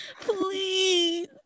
Please